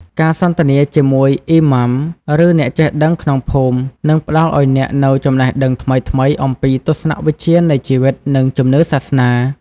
ការសន្ទនាជាមួយ អ៊ីម៉ាំ ឬអ្នកចេះដឹងក្នុងភូមិ នឹងផ្តល់ឱ្យអ្នកនូវចំណេះដឹងថ្មីៗអំពីទស្សនវិជ្ជានៃជីវិត និងជំនឿសាសនា។